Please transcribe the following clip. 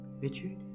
Richard